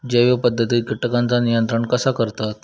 जैव पध्दतीत किटकांचा नियंत्रण कसा करतत?